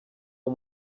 uwo